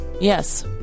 Yes